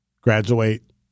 graduate